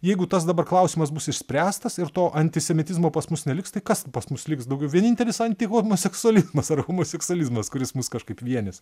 jeigu tas dabar klausimas bus išspręstas ir to antisemitizmo pas mus neliks tai kas pas mus liks daugiau vienintelis antihomoseksualizmas ar homoseksualizmas kuris mus kažkaip vienis